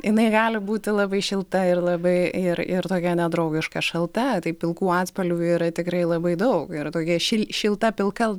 jinai gali būti labai šilta ir labai ir ir tokia nedraugiška šalta tai pilkų atspalvių yra tikrai labai daug yra tokia ši šilta pilka